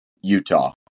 Utah